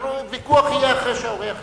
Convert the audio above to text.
ויכוח יהיה אחרי שהאורח ילך.